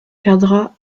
perdra